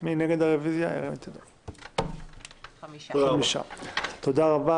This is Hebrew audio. נגד 5 הרביזיה לא התקבלה.